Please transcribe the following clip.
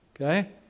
Okay